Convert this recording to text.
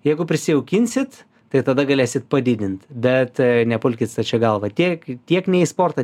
jeigu prisijaukinsit tai tada galėsit padidint bet nepulkit stačia galva tiek tiek ne į sportą